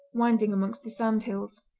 winding amongst the sand hills.